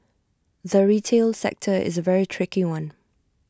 the retail sector is A very tricky one